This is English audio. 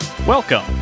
Welcome